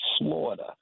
slaughter